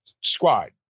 squad